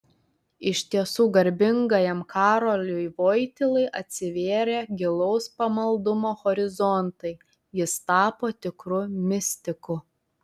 iš tiesų garbingajam karoliui vojtylai atsivėrė gilaus pamaldumo horizontai jis tapo tikru mistiku